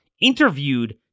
interviewed